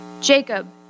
Jacob